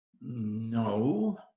No